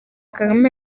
kagame